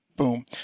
Boom